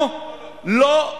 אנחנו לא.